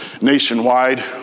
nationwide